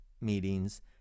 meetings